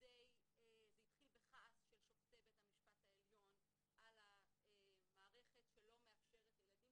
זה התחיל בכעס של שופטי בית המשפט העליון על המערכת שלא מאפשרת לילדים